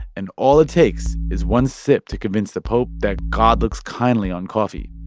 and all it takes is one sip to convince the pope that god looks kindly on coffee,